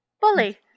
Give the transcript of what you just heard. Bully